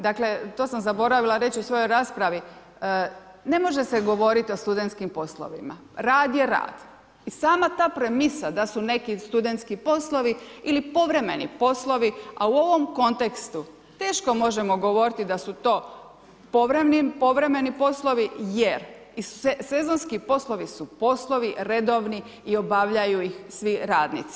Dakle to sam zaboravila reći u svojoj raspravi, ne može se govoriti o studentskim poslovima, rad je rad i sama ta premisa da su neki studentski poslovi ili povremeni poslovi, a u ovom kontekstu teško možemo govoriti da su to povremeni poslovi jer sezonski su poslovi, poslovni redovni i obavljaju ih svi radnici.